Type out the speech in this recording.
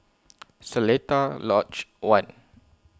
Seletar Lodge one